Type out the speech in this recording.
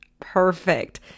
perfect